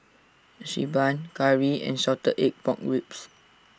Xi Ban Curry and Salted Egg Pork Ribs